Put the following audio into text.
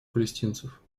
палестинцев